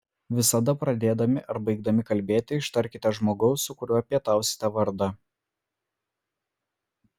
visada pradėdami ar baigdami kalbėti ištarkite žmogaus su kuriuo pietausite vardą